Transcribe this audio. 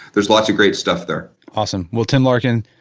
there's lots of great stuff there awesome, well tim larkin,